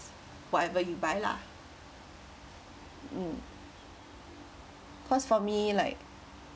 whatever you buy lah mm cause for me like